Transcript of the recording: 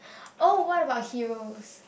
oh what about Heroes